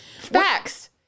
Facts